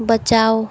बचाओ